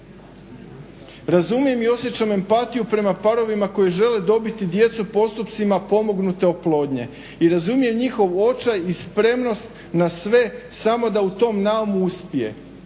razumijem i osjećam empatiju prema parovima koji žele dobiti djecu postupcima pomognute oplodnje i razumijem njihov očaj i spremnost na sve samo da u tom naumu uspije.